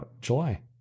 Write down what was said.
July